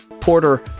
Porter